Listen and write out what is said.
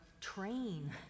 train